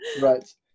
right